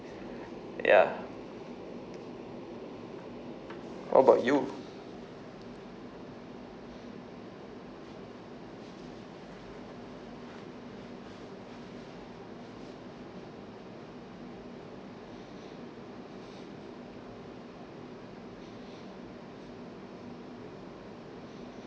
ya what about you